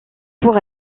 pour